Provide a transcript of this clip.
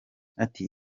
ati